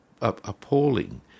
appalling